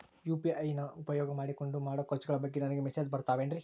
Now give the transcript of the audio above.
UPI ನ ಉಪಯೋಗ ಮಾಡಿಕೊಂಡು ಮಾಡೋ ಖರ್ಚುಗಳ ಬಗ್ಗೆ ನನಗೆ ಮೆಸೇಜ್ ಬರುತ್ತಾವೇನ್ರಿ?